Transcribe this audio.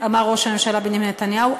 אמר ראש הממשלה בנימין נתניהו,